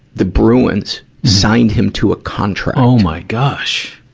the bruins signed him to a contract. oh my gosh!